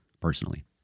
personally